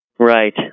Right